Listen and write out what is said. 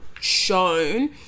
shown